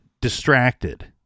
distracted